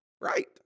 Right